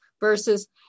versus